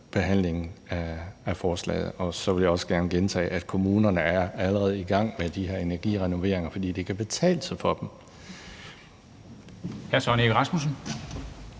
udvalgsbehandlingen af forslaget, og så vil jeg også gerne gentage, at kommunerne allerede er i gang med de her energirenoveringer, fordi det kan betale sig for dem.